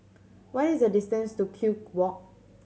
what is the distance to Kew Walk